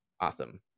awesome